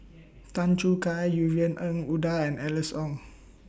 Tan Choo Kai Yvonne Ng Uhde and Alice Ong